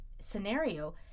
scenario